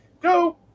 Go